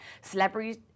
celebrities